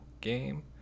game